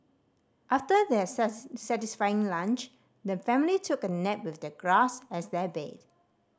after their satisfying lunch the family took a nap with the grass as their bed